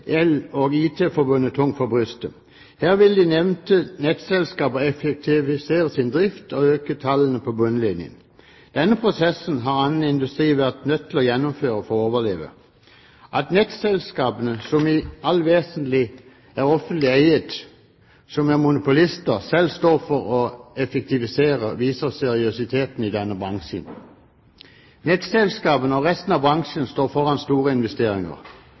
EL & IT Forbundet tungt for brystet. Her ville de nevnte nettselskaper effektivisere sin drift og øke tallene på bunnlinjen. Denne prosessen har annen industri vært nødt til å gjennomføre for å overleve. At nettselskapene, som i alt vesentlig er offentlig eiet, og som er monopolister, selv står for å effektivisere, viser seriøsiteten i denne bransjen. Nettselskapene og resten av bransjen står foran store investeringer.